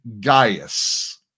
Gaius